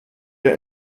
der